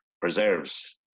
preserves